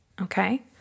okay